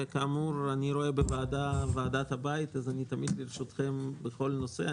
כאמור אני רואה בוועדה את ועדת הבית שלי אז אני תמיד לרשותכם בכל נושא.